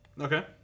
Okay